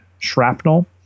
shrapnel